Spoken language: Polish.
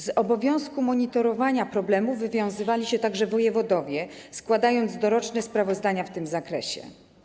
Z obowiązku monitorowania problemów wywiązywali się także wojewodowie, składając doroczne sprawozdania w tym zakresie.